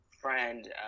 friend